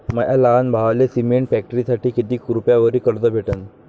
माया लहान भावाले सिमेंट फॅक्टरीसाठी कितीक रुपयावरी कर्ज भेटनं?